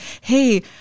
hey